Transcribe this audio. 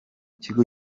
kigo